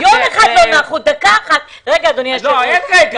רגע, אדוני היושב-ראש.